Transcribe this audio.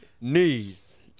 knees